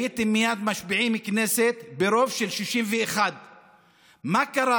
הייתם מייד משביעים כנסת ברוב של 61. מה קרה?